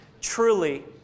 Truly